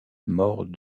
mort